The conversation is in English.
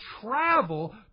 travel